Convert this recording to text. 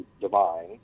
divine